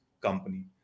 company